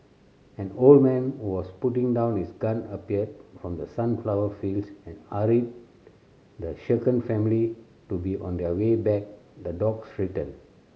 an old man who was putting down his gun appeared from the sunflower fields and hurried the shaken family to be on their way bear the dogs return